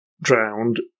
drowned